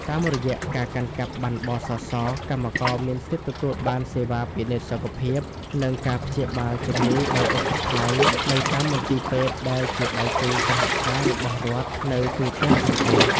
តាមរយៈការកាន់កាប់ប័ណ្ណ ប.ស.ស កម្មករមានសិទ្ធិទទួលបានសេវាពិនិត្យសុខភាព និងការព្យាបាលជំងឺដោយឥតគិតថ្លៃនៅតាមមន្ទីរពេទ្យដែលជាដៃគូសហការរបស់រដ្ឋនៅទូទាំងប្រទេស។